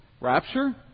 Rapture